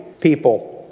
people